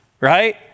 Right